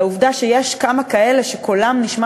והעובדה שיש כמה כאלה שקולם נשמע